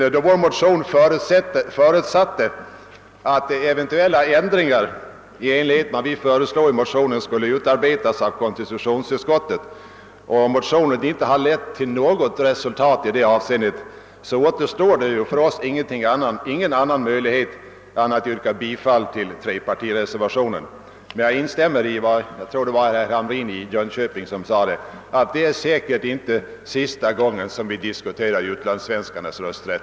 Men då vår motion förutsatte att eventuella ändringar i enlighet med vad vi föreslagit i motionen skulle utarbetas av konstitutionsutskottet och då motionen inte lett till något resultat i det avseendet, återstår för oss inget annat än att yrka bifall till trepartireservationen. Jag instämmer emellertid i vad herr Hamrin i Jönköping sade, nämligen att detta säkert inte är sista gången som vi här i kammaren diskuterar frågan om utlandssvenskarnas rösträtt.